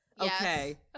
Okay